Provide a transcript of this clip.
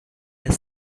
the